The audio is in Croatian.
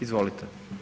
Izvolite.